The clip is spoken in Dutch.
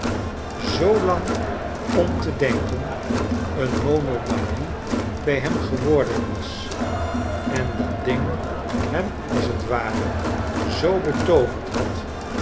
om te denken een monomanie bij hem geworden was en dat ding hem als t ware zoo betooverd had